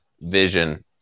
Vision